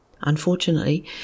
Unfortunately